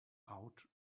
out